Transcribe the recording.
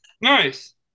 Nice